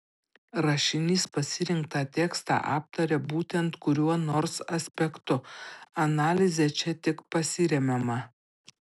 rašinys pasirinktą tekstą aptaria būtent kuriuo nors aspektu analize čia tik pasiremiama